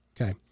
Okay